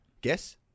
Guess